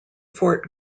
fort